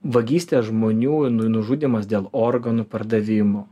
vagystę žmonių nu nužudymas dėl organų pardavimų